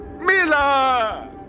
Mila